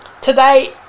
today